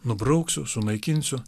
nubrauksiu sunaikinsiu